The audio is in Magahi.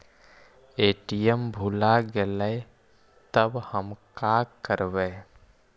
ए.टी.एम भुला गेलय तब हम काकरवय?